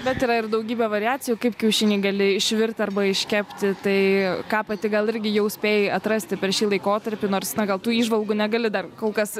bet yra ir daugybę variacijų kaip kiaušinį gali išvirti arba iškepti tai ką pati gal irgi jau spėji atrasti per šį laikotarpį nors na gal tų įžvalgų negali dar kol kas